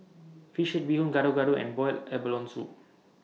Fish Head Bee Hoon Gado Gado and boiled abalone Soup